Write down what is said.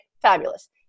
Fabulous